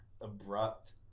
abrupt